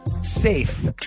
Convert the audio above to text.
safe